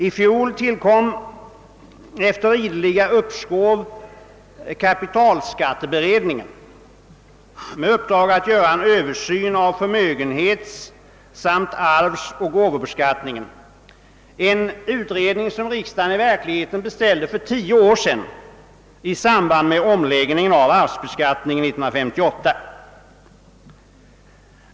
I fjol tillkom efter ideliga uppskov kapitalskatteberedningen med uppdrag att göra en översyn av förmögenhetssamt arvsoch gåvobeskattningen — en utredning som riksdagen beställde för tio år sedan i samband med omläggningen av arvsbeskattningen.